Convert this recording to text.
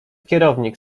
kierownik